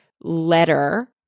letter